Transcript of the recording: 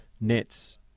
Nets